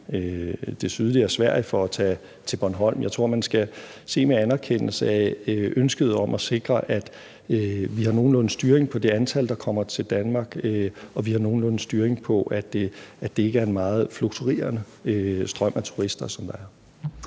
det sydlige Sverige for at tage til Bornholm. Jeg tror, man skal anerkende ønsket om at sikre, at vi har nogenlunde styr på det antal, der kommer til Danmark, og at vi har nogenlunde styr på, at det ikke en meget fluktuerende strøm af turister, som kommer